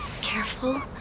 Careful